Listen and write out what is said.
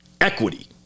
equity